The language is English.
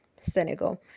Senegal